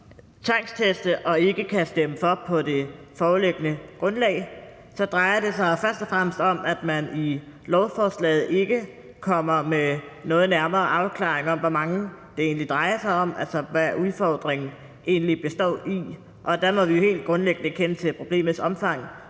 tvangsteste og ikke kan stemme for det på det foreliggende grundlag, drejer det sig for det første om, at man i lovforslaget ikke kommer nærmere en afklaring af, hvor mange det egentlig drejer sig om, altså hvad udfordringen egentlig består i. Og der må vi helt grundlæggende kende til problemets omfang,